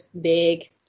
big